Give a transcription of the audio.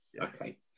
okay